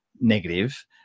negative